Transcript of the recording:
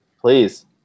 Please